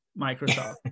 microsoft